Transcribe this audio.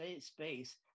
space